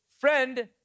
Friend